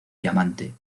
diamante